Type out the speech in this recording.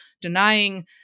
denying